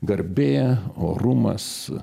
garbė orumas